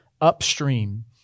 upstream